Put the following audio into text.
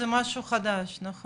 זה משהו חדש, נכון?